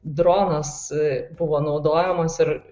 dronas buvo naudojamas ir